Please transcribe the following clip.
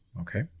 Okay